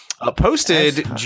posted